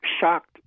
shocked